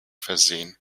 versehen